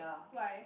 why